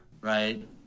Right